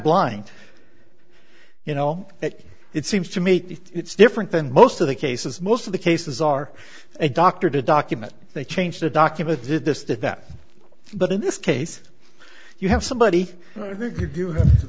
blind you know it seems to me it's different than most of the cases most of the cases are a doctor to document they change the document did this that that but in this case you have somebody i think you